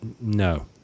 no